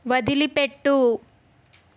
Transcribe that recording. వదిలిపెట్టు